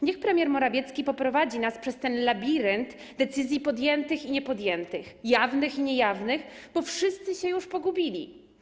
Niech premier Morawiecki poprowadzi nas przez ten labirynt decyzji podjętych i niepodjętych, jawnych i niejawnych, bo wszyscy się już pogubili.